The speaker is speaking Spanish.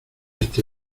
este